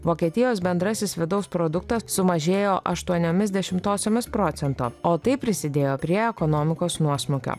vokietijos bendrasis vidaus produktas sumažėjo aštuoniomis dešimtosiomis procento o tai prisidėjo prie ekonomikos nuosmukio